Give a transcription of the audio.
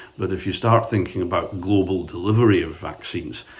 but if you start thinking about global delivery of vaccines,